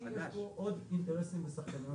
כי יש פה עוד אינטרסים ושחקנים.